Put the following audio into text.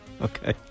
okay